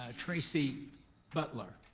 ah tracy butler.